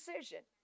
decision